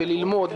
בללמוד,